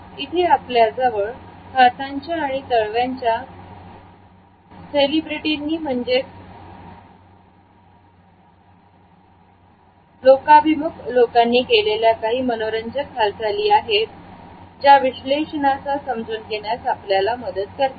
इथे आपल्याजवळ हातांच्या आणि तळव्यांच्या सेलिब्रिटींनी केलेल्या काही मनोरंजक हालचाली आहेत ज्या विश्लेषण हा सह समजून घेण्यास आपल्याला मदत करतील